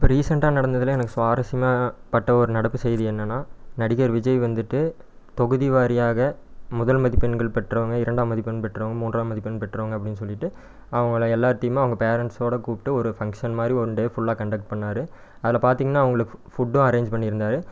இப்போ ரீசெண்ட்டாக நடந்ததில் எனக்கு சுவாரஸ்யமாக பட்ட ஒரு நடப்பு செய்தி என்னென்னா நடிகர் விஜய் வந்துட்டு தொகுதி வாரியாக முதல் மதிப்பெண்கள் பெற்றவங்க இரண்டாம் மதிப்பெண் பெற்றவங்க மூன்றாம் மதிப்பெண் பெற்றவங்க அப்படினு சொல்லிவிட்டு அவங்களை எல்லார்த்தையுமே அவங்க பேரண்ட்ஸோட கூப்பிட்டு ஒரு ஃபங்க்ஷன் மாதிரி ஒன் டே ஃபுல்லாக கன்டெக்ட் பண்ணார் அதில் பார்த்திங்கன்னா அவங்களுக்கு ஃபுட்டும் அரேஞ்ச் பண்ணிருந்தார்